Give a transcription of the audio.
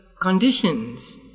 conditions